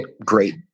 great